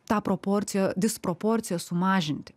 tą proporciją disproporciją sumažinti